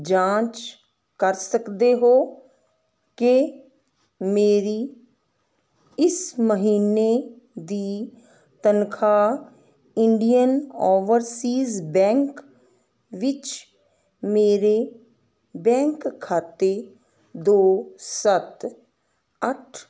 ਜਾਂਚ ਕਰ ਸਕਦੇ ਹੋ ਕਿ ਮੇਰੀ ਇਸ ਮਹੀਨੇ ਦੀ ਤਨਖਾਹ ਇੰਡੀਅਨ ਓਵਰਸੀਜ ਬੈਂਕ ਵਿੱਚ ਮੇਰੇ ਬੈਂਕ ਖਾਤੇ ਦੋ ਸੱਤ ਅੱਠ